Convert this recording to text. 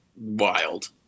wild